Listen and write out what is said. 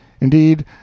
Indeed